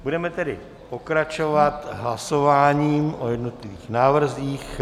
Budeme tedy pokračovat hlasováním o jednotlivých návrzích.